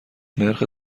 نرخ